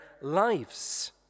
lives